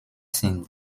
sind